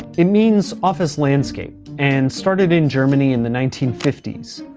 it means office landscape, and started in germany in the nineteen fifty s.